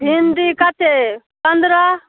भिन्डी कतेक पनरह